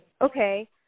Okay